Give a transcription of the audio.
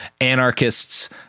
anarchists